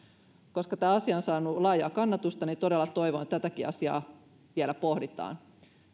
koska tämä asia on saanut laajaa kannatusta niin todella toivon että tätäkin asiaa vielä pohditaan